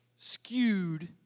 skewed